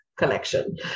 collection